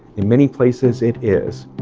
in many places it is.